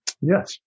Yes